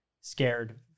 scared